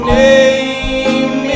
name